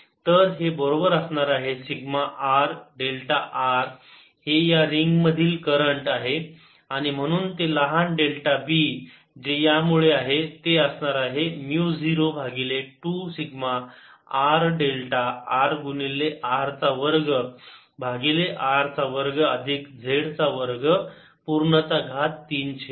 तर हे बरोबर असणार आहे सिग्मा r डेल्टा r हे या रिंगमधील करंट आहे आणि म्हणून ते लहान डेल्टा B जे यामुळे आहे ते असणार आहे म्यु 0 भागिले 2 सिग्मा r डेल्टा r गुणिले r चा वर्ग भागिले r चा वर्ग अधिक z चा वर्ग पूर्ण चा घात 3 छेद 2